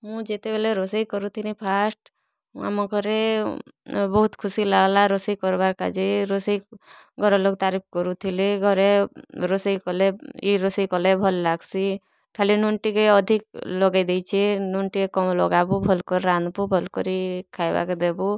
ମୁଁ ଯେତେବେଲେ ରୋଷେଇ କରୁଥିନି ଫାଷ୍ଟ୍ ଆମ ଘରେ ବହୁତ୍ ଖୁସି ଲାଗ୍ଲା ରୋଷେଇ କର୍ବାକାଯେ ରୋଷେଇ ଘରର୍ ଲୋକ୍ ତାରିଫ୍ କରୁଥିଲେ ଘରେ ରୋଷେଇ କଲେ ଇ ରୋଷେଇ କଲେ ଭଲ୍ ଲାଗ୍ସି ଖାଲି ନୁନ୍ ଟିକେ ଅଧିକ୍ ଲଗେଇ ଦେଇଚେ ନୁନ୍ ଟିକେ କମ୍ ଲଗାବୁ ଭଲ୍ କରି ରାନ୍ଧ୍ବୁ ଭଲ୍ କରି ଖାଇବାକେ ଦେବୁ